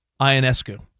Ionescu